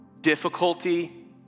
difficulty